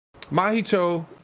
Mahito